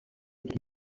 make